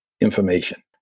information